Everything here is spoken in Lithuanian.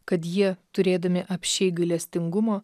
kad jie turėdami apsčiai gailestingumo